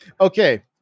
okay